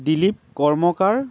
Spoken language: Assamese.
দিলীপ কৰ্মকাৰ